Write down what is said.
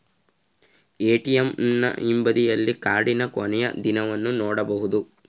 ಎ.ಟಿ.ಎಂನ ಹಿಂಬದಿಯಲ್ಲಿ ಕಾರ್ಡಿನ ಕೊನೆಯ ದಿನವನ್ನು ನೊಡಬಹುದು